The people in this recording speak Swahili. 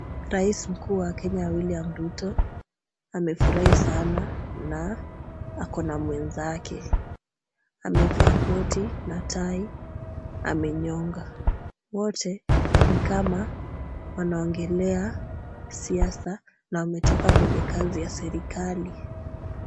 Rais mkuu wa Kenya William Ruto, amefurahi sana na ako na mwenzake. Amevaa koti na tai amenyonga. Wote ni kama wanaongelea siasa na ametoka kwenye kazi ya serikali.